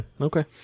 Okay